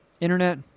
internet